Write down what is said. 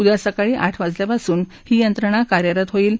उद्या सकाळी आठ वाजल्यापासून ही यंत्रणा कार्यरत होईल